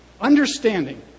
understanding